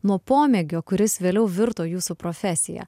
nuo pomėgio kuris vėliau virto jūsų profesija